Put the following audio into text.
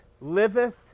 liveth